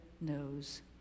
knows